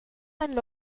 einen